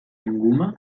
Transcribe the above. inguma